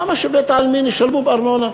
למה שבתי-עלמין ישלמו ארנונה?